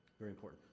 very important.